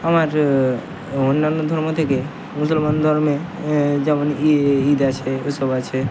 আমার অন্যান্য ধর্ম থেকে মুসলমান ধর্মে যেমন ঈদ আছে এসব আছে